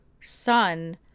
son